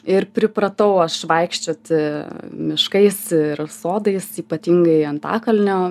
ir pripratau aš vaikščioti miškais ir sodais ypatingai antakalnio